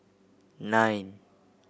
nine